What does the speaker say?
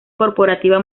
corporativa